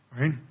right